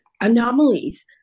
anomalies